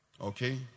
okay